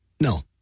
No